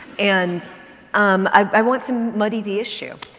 and um i want to muddy the issue.